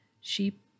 sheep